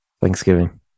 Thanksgiving